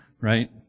right